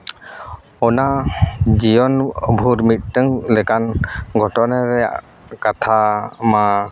ᱚᱱᱟ ᱡᱤᱭᱚᱱ ᱵᱷᱳᱨ ᱢᱤᱫᱴᱟᱝ ᱞᱮᱠᱟᱱ ᱜᱷᱚᱴᱚᱱᱟ ᱨᱮᱭᱟᱜ ᱠᱟᱛᱷᱟ ᱢᱟ